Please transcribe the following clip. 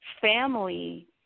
family